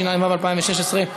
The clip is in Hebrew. התשע"ו 2016,